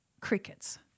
Crickets